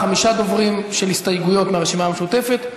חמישה דוברים על הסתייגויות מהרשימה המשותפת,